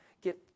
get